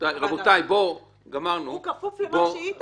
הוא כפוף למה שהיא תחליט.